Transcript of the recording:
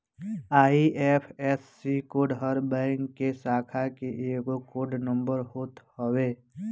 IFSC code हर bank के शाखा के एगो कोड नंबर होत हवे